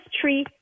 tree